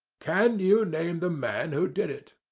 can you name the man who did it?